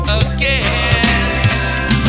again